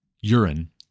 urine